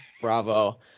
Bravo